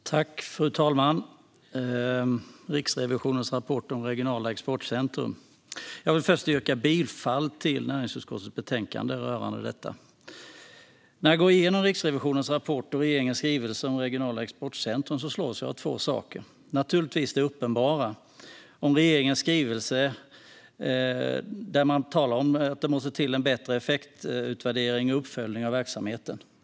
Fru talman! Jag vill först yrka bifall till näringsutskottets förslag i betänkandet om regionala exportcentrum rörande uppföljning och utvärdering av exportfrämjande åtgärder. När jag går igenom Riksrevisionens rapport och regeringens skrivelse om regionala exportcentrum slås jag av två saker. Det uppenbara, naturligtvis, är det som står i regeringens skrivelse om att det måste bli en bättre effektutvärdering och uppföljning av verksamheten.